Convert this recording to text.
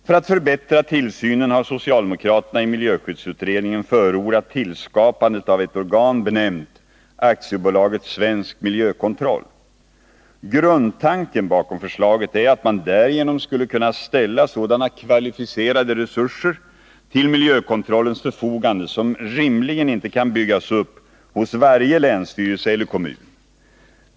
För att förbättra tillsynen har socialdemokraterna i miljöskyddsutredningen förordat tillskapandet av ett organ benämnt AB Svensk Miljökontroll. Grundtanken bakom förslaget är att man därigenom skulle kunna ställa sådana kvalificerade resurser till miljökontrollens förfogande som rimligen inte kan byggas upp hos varje länsstyrelse eller kommun.